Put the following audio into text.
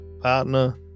Partner